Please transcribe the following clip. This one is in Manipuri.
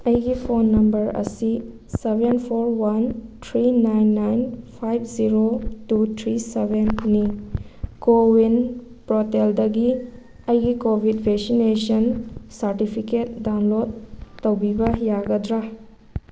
ꯑꯩꯒꯤ ꯐꯣꯟ ꯅꯝꯕꯔ ꯑꯁꯤ seven four one three nine nine five zero two three ꯁꯕꯦꯟꯅꯤ ꯀꯣ ꯋꯤꯟ ꯄ꯭ꯔꯣꯇꯦꯜꯗꯒꯤ ꯑꯩꯒꯤ ꯀꯣꯚꯤꯗ ꯚꯦꯁꯤꯅꯦꯁꯟ ꯁꯥꯔꯇꯤꯐꯤꯀꯦꯠ ꯗꯥꯎꯟꯂꯣꯗ ꯇꯧꯕꯤꯕ ꯌꯥꯒꯗ꯭ꯔꯥ